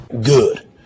good